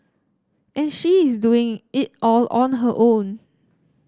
and she is doing it all on her own